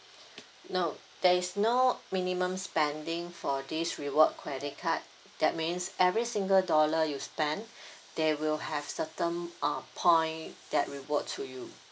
no there is no minimum spending for this reward credit card that means every single dollar you spend they will have certain uh point that reward to you